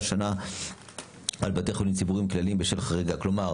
שנה על בתי חולים ציבוריים כלליים בשל חריגה כלומר,